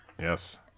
Yes